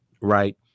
right